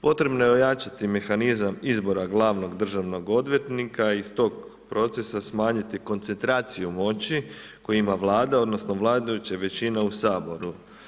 Potrebno je ojačati mehanizam izbora glavnog državnog odvjetnika, iz tog procesa smanjiti koncentraciju moći koju ima Vlada odnosno vladajuća većina u Saboru.